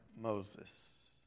Moses